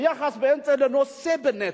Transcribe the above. היחס לנושאים בנטל,